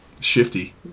Shifty